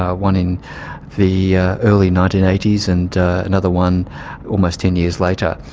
ah one in the early nineteen eighty s and another one almost ten years later.